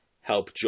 help